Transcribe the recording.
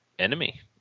enemy